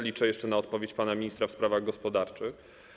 Liczę jeszcze na odpowiedź pana ministra w sprawach gospodarczych.